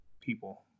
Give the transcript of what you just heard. people